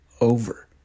over